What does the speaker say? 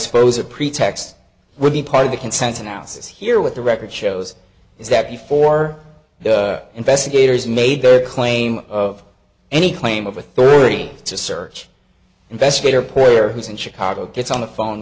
suppose a pretext would be part of the consents announces here with the record shows is that before the investigators made their claim of any claim of authority to search investigator player who's in chicago gets on the phone